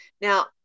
Now